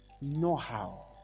know-how